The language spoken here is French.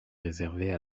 réservée